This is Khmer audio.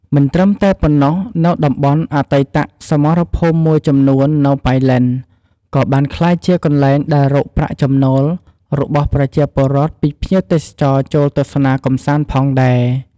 មិនត្រឹមតែប៉ុណ្ណោះ នៅតំបន់អតីតសមរភូមិមួយចំនួននៅប៉ៃលិនក៏បានក្លាយជាកន្លែងដែលរកប្រាក់ចំណូលរបស់ប្រជាពលរដ្ធពីភ្ញៀវទេសចរចូលទស្សនាកម្សាន្តផងដែរ។